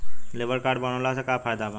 Labour card बनवाला से का फायदा बा?